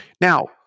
Now